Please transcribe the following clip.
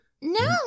No